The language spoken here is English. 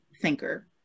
thinker